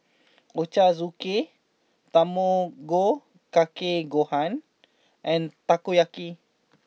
Ochazuke Tamago Kake Gohan and Takoyaki